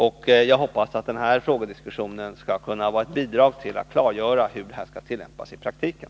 Jag hoppas att den här frågedebatten skall kunna utgöra ett bidrag till att klargöra hur bestämmelserna skall tillämpas i praktiken.